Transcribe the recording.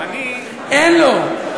אין לו.